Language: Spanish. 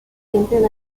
tienden